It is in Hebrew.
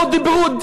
לא דיברו.